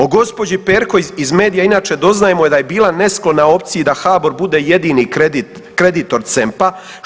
O gđi. Perko iz medija inače doznajemo da je bila nesklona opciji da HBOR bude jedini kreditor CEMP-a.